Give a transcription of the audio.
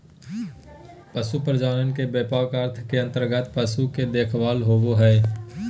पशु प्रजनन के व्यापक अर्थ के अंतर्गत पशु के देखभाल होबो हइ